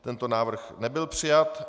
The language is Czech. Tento návrh nebyl přijat.